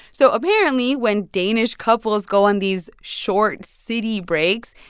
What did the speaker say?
so apparently, when danish couples go on these short city breaks,